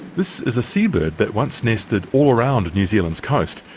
this is a sea-bird that once nested all around new zealand's coast.